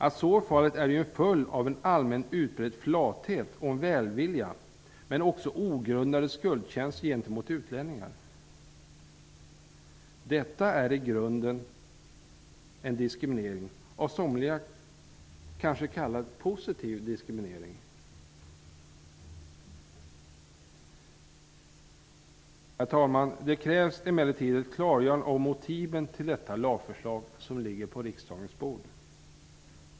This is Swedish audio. Att så är fallet är en följd av en allmänt utbredd flathet och en välvilja men också ogrundade skuldkänslor gentemot utlänningar. Detta är i grunden en diskriminering, av somliga kanske kallad positiv diskriminering. Herr talman! Det krävs emellertid ett klargörande av motiven till det lagförslag som ligger på riksdagens bord.